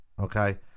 Okay